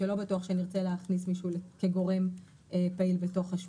שבגינם לא בטוח שנרצה להכניס מישהו כגורם פעיל בתוך השוק.